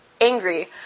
angry